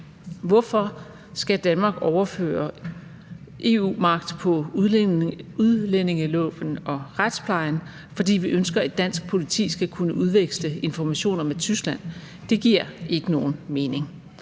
Hvorfor skal Danmark overføre magt til EU inden for udlændingeloven og retsplejen, fordi vi ønsker, at dansk politi skal kunne udveksle informationer med Tyskland? Det giver ikke nogen mening.